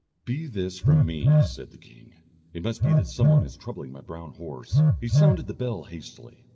be this from me, said the king it must be that some one is troubling my brown horse. he sounded the bell hastily,